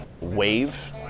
wave